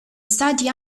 stati